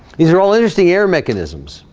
these are all interesting air mechanisms,